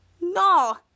No